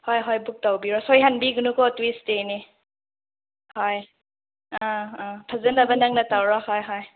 ꯍꯣꯏ ꯍꯣꯏ ꯕꯨꯛ ꯇꯧꯕꯤꯔꯣ ꯁꯣꯏꯍꯟꯕꯤꯒꯅꯨꯀꯣ ꯇ꯭ꯌꯨꯁꯗꯦꯅꯤ ꯍꯣꯏ ꯑꯥ ꯑꯥ ꯐꯖꯅꯕ ꯅꯪꯅ ꯇꯧꯔꯣ ꯍꯣꯏ ꯍꯣꯏ